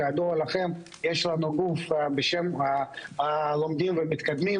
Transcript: כידוע לכם, יש לנו גוף בשם "לומדים ומתקדמים".